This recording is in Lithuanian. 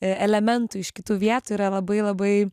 e elementų iš kitų vietų yra labai labai